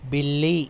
بلّی